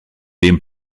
dem